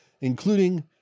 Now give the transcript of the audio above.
including